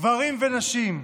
גברים ונשים,